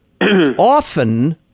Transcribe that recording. often